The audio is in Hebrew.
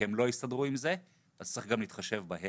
כי הם לא הסתדרו עם זה, אז צריך גם להתחשב בהם.